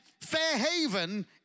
Fairhaven